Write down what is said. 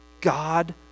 God